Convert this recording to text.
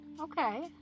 Okay